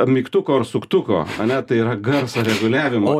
mygtuko ar suktuko ane tai yra garso reguliavimo